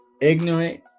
ignorant